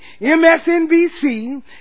MSNBC